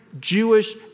Jewish